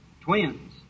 twins